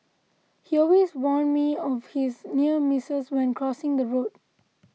he always warn me of his near misses when crossing the road